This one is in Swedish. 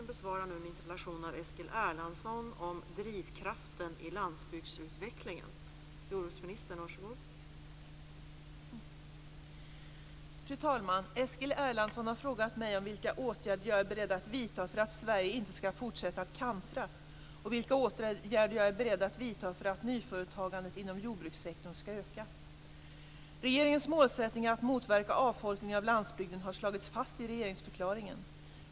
Fru talman! Eskil Erlandsson har frågat mig om vilka åtgärder jag är beredd att vidta för att Sverige inte skall fortsätta att kantra och vilka åtgärder jag är beredd att vidta för att nyföretagandet inom jordbrukssektorn skall öka. Regeringens målsättning att motverka avfolkningen av landsbygden har slagits fast i regeringsförklaringen.